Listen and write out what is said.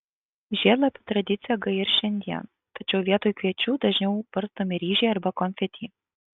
žiedlapių tradicija gaji ir šiandien tačiau vietoj kviečių dažniau barstomi ryžiai arba konfeti